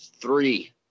three